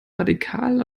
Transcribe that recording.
radikal